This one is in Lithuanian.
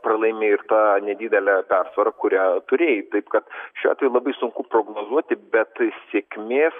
pralaimėjo ir tą nedidelę persvarą kurią turėjai taip kad šiuo atveju labai sunku prognozuoti bet sėkmės